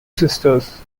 sisters